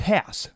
Pass